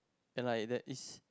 and I that is